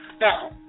Now